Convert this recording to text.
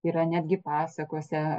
yra netgi pasakose